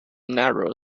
narrow